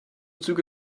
züge